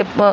ਅਤੇ